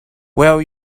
will